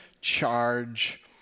charge